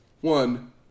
One